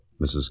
Mrs